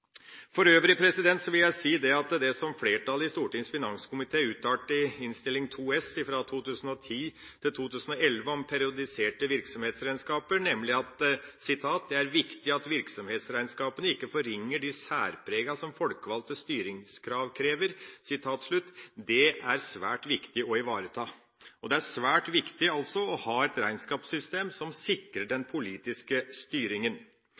For øvrig vil jeg si at det som flertallet i Stortingets finanskomité uttalte i Innst. 2 S for 2010–2011 om periodiserte virksomhetsregnskaper, nemlig at «det er viktig at virksomhetsregnskapene ikke forringer de særprega som folkevalgte styringskrav krever», er svært viktig å ivareta, og det er svært viktig å ha et regnskapssystem som sikrer den politiske styringen.